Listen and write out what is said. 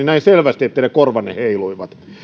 näin selvästi että teidän korvanne heiluivat